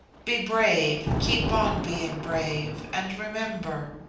be brave, keep on being brave, and remember